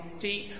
deep